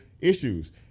issues